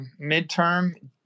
midterm